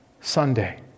Sunday